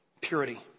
Purity